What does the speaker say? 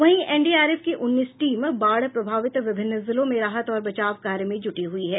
वहीं एनडीआरएफ की उन्नीस टीम बाढ़ प्रभावित विभिन्न जिलों में राहत और बचाव कार्य में जुटी हुई हैं